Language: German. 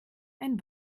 ein